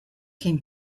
can